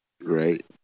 Right